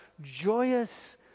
joyous